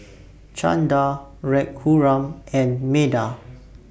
Chanda Raghuram and Medha